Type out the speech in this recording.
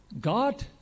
God